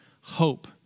hope